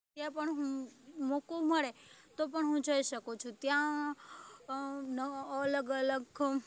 ત્યાં પણ હું મોકો મળે તો પણ હું જઈ શકું છું ત્યાં અલગ અલગ